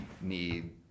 need